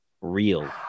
real